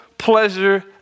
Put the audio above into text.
pleasure